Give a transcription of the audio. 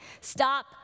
Stop